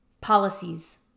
Policies